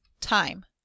time